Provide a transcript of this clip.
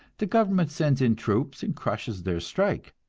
the government sends in troops and crushes their strike,